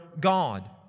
God